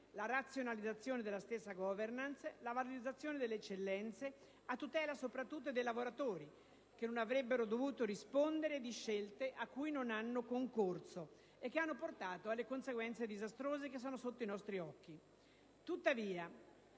la razionalizzazione della stessa *governance*, la valorizzazione delle eccellenze, a tutela soprattutto dei lavoratori che non avrebbero dovuto rispondere di scelte a cui non hanno concorso e che hanno portato alle conseguenze disastrose che sono sotto i nostri occhi.